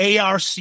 arc